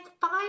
five